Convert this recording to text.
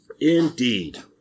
Indeed